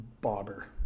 bobber